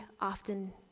often